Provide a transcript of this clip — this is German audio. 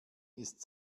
ist